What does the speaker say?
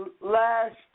last